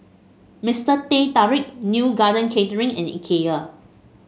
Mister Teh Tarik Neo Garden Catering and Ikea